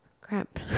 Crap